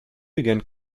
began